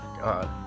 God